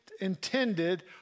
intended